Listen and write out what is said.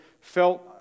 felt